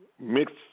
mixed